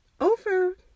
over